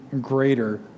greater